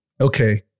okay